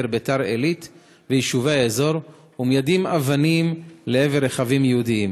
ביתר-עילית ויישובי האזור ומיידים אבנים לעבר רכבים יהודיים.